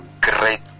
great